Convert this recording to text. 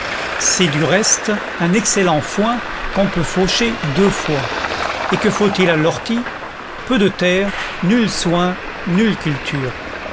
c'est du reste un excellent foin qu'on peut faucher deux fois et que faut-il à l'ortie peu de terre nul soin nulle culture